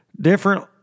different